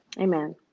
Amen